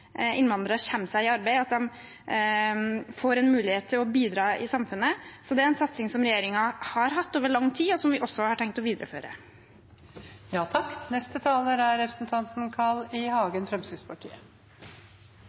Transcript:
innvandrere kommer seg i arbeid, og at de får en mulighet til å bidra i samfunnet. Så dette er en satsing som regjeringen har hatt over lang tid, og som vi også har tenkt å